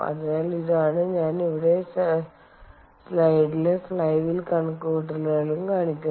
അതിനാൽ ഇതാണ് ഞാൻ ഇവിടെ സ്ലൈഡിലെ ഫ്ലൈ വീൽ കണക്കുകൂട്ടലുകളിലും കാണിക്കുന്നത്